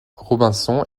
robinson